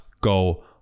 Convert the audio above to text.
go